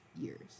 years